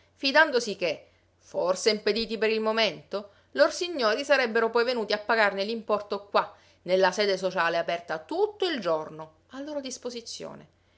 fidandosi che forse impediti per il momento lor signori sarebbero poi venuti a pagarne l'importo qua nella sede sociale aperta tutto il giorno a loro disposizione